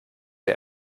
der